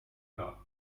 not